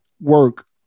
work